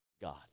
God